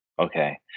Okay